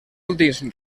últims